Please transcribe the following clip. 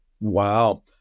Wow